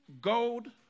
gold